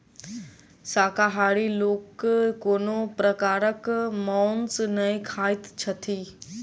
शाकाहारी लोक कोनो प्रकारक मौंस नै खाइत छथि